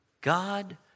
God